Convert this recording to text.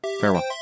farewell